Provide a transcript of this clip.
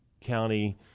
county